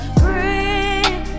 breathe